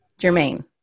Jermaine